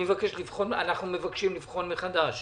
אנחנו מבקשים לבחון מחדש